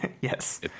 Yes